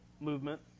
movement